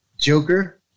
Joker